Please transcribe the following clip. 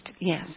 yes